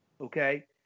okay